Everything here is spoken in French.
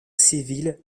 civile